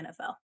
NFL